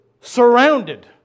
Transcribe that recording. surrounded